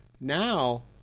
now